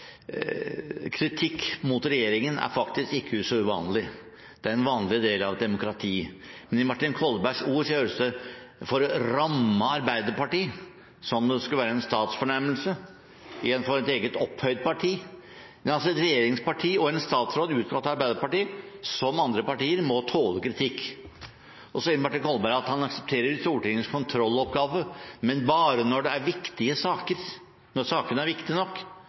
kritikk mot regjeringen er faktisk ikke uvanlig. Det er en vanlig del av et demokrati. Men med Martin Kolbergs ord høres det ut som om det er for å ramme Arbeiderpartiet – som om det skulle være en statsfornærmelse mot sitt eget, opphøyde parti. Et regjeringsparti og en statsråd utgått av Arbeiderpartiet må, som andre partier, tåle kritikk. Så sier Martin Kolberg at han aksepterer Stortingets kontrolloppgave, men bare når det er viktig saker – når sakene er viktige nok.